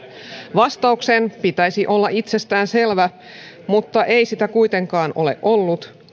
vastauksen pitäisi olla itsestäänselvä mutta ei sitä kuitenkaan ole ollut